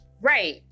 Right